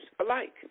alike